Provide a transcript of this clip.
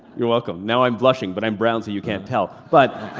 you're welcome. now, i'm blushing but i'm brown so you can't tell but.